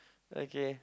okay